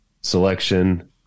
Selection